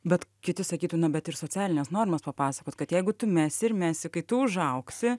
bet kiti sakytų na bet ir socialines normas papasakot kad jeigu tu mesi ir mesi kai tu užaugsi